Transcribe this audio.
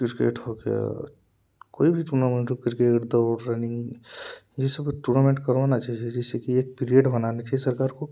cricket हो गया कोई भी टूर्नामेंट क्रिकेट दौड़ रनिंग ये सब का टूर्नामेंट करवाना चाहिए जैसे कि एक पीरियड बनानी चाहिए सरकार को